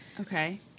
Okay